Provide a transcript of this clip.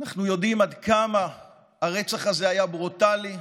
אנחנו יודעים עד כמה הרצח הזה היה ברוטלי,